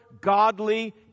godly